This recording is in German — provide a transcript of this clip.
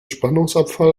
spannungsabfall